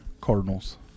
Cardinals